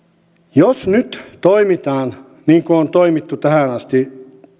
jos nyt toimitaan niin kuin on toimittu tähän asti